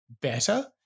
better